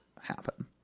happen